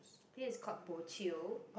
this is called bo jio